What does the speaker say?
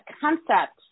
concept